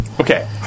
Okay